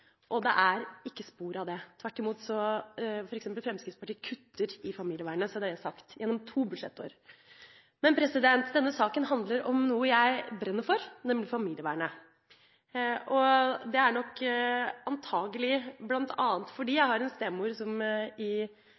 og det er ikke spor av det der. Tvert imot kutter f.eks. Fremskrittspartiet i familievernet gjennom to budsjettår – så er det sagt. Denne saken handler om noe jeg brenner for, nemlig familievernet. Det er nok bl.a. fordi jeg har en stemor som i